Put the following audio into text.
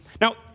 Now